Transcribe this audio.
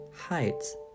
heights